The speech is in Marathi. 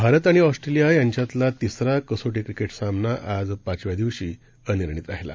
भारत आणि ऑस्ट्रेलिया यांच्यातला तिसरा कसोटी क्रिकेट सामना आज पाचव्या दिवशी अनिर्णित राहिला